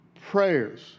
prayers